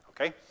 Okay